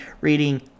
reading